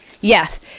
Yes